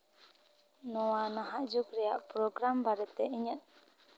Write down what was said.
ᱱᱚᱣᱟ ᱱᱟᱦᱟᱜ ᱡᱩᱜᱽ ᱨᱮ ᱯᱨᱳᱜᱨᱟᱢ ᱵᱟᱨᱮᱛᱮ ᱤᱧᱟᱹᱜ